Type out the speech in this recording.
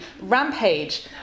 rampage